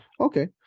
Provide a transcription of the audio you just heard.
Okay